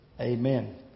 Amen